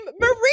Marie